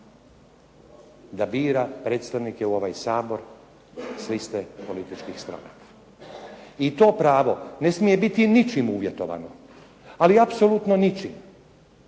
da bira predstavnike u ovaj Sabor s liste političkih stranaka. I to pravo ne smije biti ničim uvjetovano ali apsolutno ničim